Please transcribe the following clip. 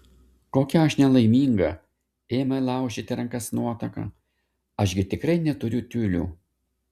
kokia aš nelaiminga ėmė laužyti rankas nuotaka aš gi tikrai neturiu tiulių